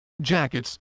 Jackets